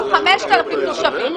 או חמשת אלפים תושבים,